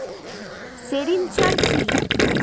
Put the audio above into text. Sericulture কি?